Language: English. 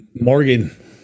morgan